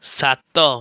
ସାତ